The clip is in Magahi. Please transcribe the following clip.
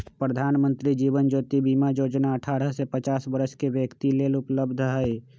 प्रधानमंत्री जीवन ज्योति बीमा जोजना अठारह से पचास वरस के व्यक्तिय लेल उपलब्ध हई